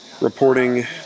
reporting